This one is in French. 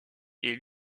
est